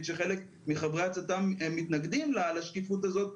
שחלק מחברי הצט"מ מתנגדים לשקיפות הזאת,